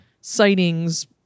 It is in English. sightings